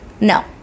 No